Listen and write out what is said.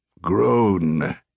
Grown